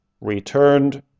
returned